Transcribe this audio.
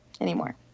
anymore